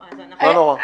לא נורא.